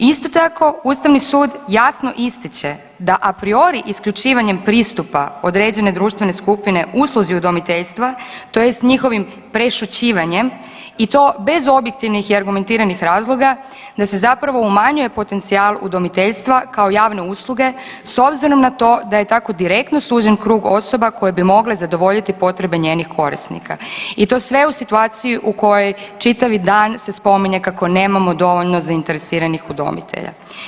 Isto tako, Ustavni sud jasno ističe da a priori isključivanjem pristupa određene društvene skupine usluzi udomiteljstva, tj. njihovim prešućivanjem i to bez objektivnih i argumentiranih razloga, da se zapravo umanjuje potencijal udomiteljstva kao javne usluge s obzirom na to da je tako direktno sužen krug osoba koje bi mogle zadovoljiti potrebe njenih korisnika i to sve u situaciji u kojoj čitavi dan se spominje kako nemamo dovoljno zainteresiranih udomitelja.